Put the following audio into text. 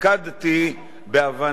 התוכן לגופו.